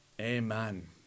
Amen